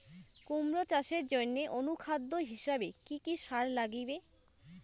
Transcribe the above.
কুমড়া চাষের জইন্যে অনুখাদ্য হিসাবে কি কি সার লাগিবে?